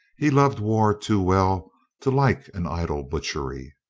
he loved war too well to like an idle butchery.